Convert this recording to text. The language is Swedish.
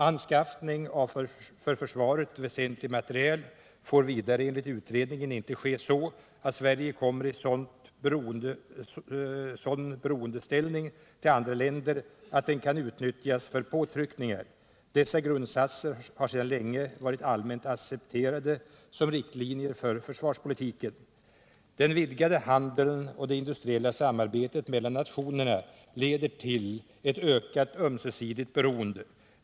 Anskaffning av för försvaret väsentlig materiel får vidare enligt utredningen inte ske så, att Sverige kommer i sådan beroendeställning till andra länder att den kan utnyttjas för påtryckningar. Dessa grundsatser har sedan länge varit allmänt accepterade som rikt 15 Den vidgade handeln och det industriella samarbetet mellan länderna leder till ett ökat ömsesidigt beroende.